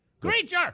creature